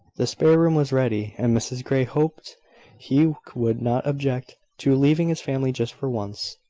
the spare room was ready and mrs grey hoped he would not object to leaving his family just for once.